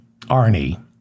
Arnie